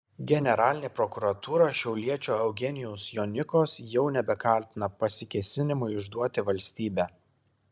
generalinė prokuratūra šiauliečio eugenijaus jonikos jau nebekaltina pasikėsinimu išduoti valstybę